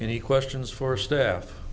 any questions for steph